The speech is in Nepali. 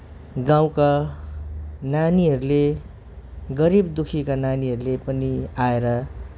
गाउँका नानीहरूले गरिब दुःखीका नानीहरूले पनि आएर